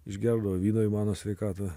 išgerdavo vyno į mano sveikatą